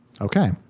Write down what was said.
Okay